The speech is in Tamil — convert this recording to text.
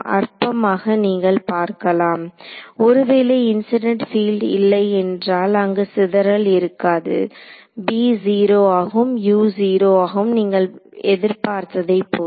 அற்பமாக நீங்கள் பார்க்கலாம் ஒருவேளை இன்சிடென்ட் பீல்டு இல்லை என்றால் அங்கு சிதறல் இருக்காது b 0 ஆகும் u 0 ஆகும் நீங்கள் எதிர்பார்த்ததை போல